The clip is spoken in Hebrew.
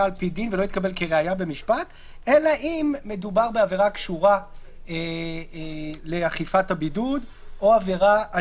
" אם תוכלו קצת להתייחס להיבט של האבטחה,